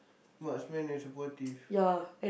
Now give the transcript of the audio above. marksman and supportive